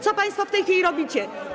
Co państwo w tej chwili robicie?